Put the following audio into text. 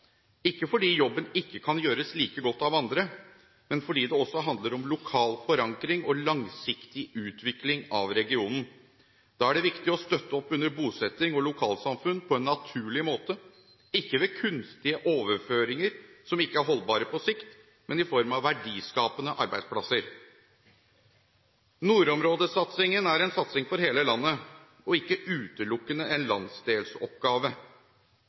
ikke fordi jobben ikke kan gjøres like godt av andre, men fordi det også handler om lokal forankring og langsiktig utvikling av regionen. Da er det viktig å støtte opp under bosetting og lokalsamfunn på en naturlig måte, ikke ved kunstige overføringer som ikke er holdbare på sikt, men i form av verdiskapende arbeidsplasser. Nordområdesatsingen er en satsing for hele landet og ikke utelukkende en landsdelsoppgave.